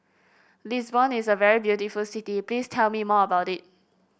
Lisbon is a very beautiful city please tell me more about it